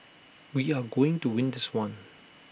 we are going to win this one